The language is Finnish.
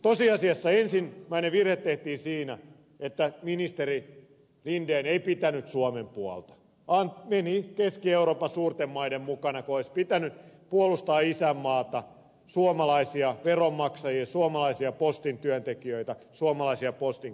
tosiasiassa ensimmäinen virhe tehtiin siinä että ministeri linden ei pitänyt suomen puolta vaan meni keski euroopan suurten maiden mukana kun olisi pitänyt puolustaa isänmaata suomalaisia veronmaksajia suomalaisia postin työntekijöitä suomalaisia postinkäyttäjiä